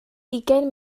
ugain